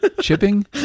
Chipping